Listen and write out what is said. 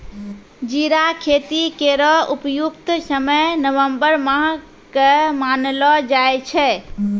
जीरा खेती केरो उपयुक्त समय नवम्बर माह क मानलो जाय छै